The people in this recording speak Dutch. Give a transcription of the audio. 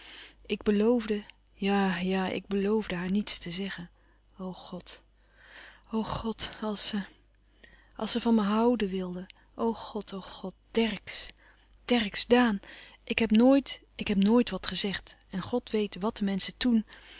ik beloofde ja-ja ik beloofde haar niets te zeggen o god o god als ze als ze van me houden wilde o god o god dercksz dercksz daan ik heb nooit ik heb nooit wat gezegd en god weet wàt de menschen toen